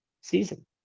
season